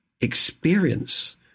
experience